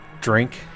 Drink